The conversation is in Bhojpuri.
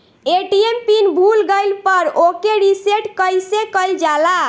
ए.टी.एम पीन भूल गईल पर ओके रीसेट कइसे कइल जाला?